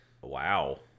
wow